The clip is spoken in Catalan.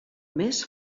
més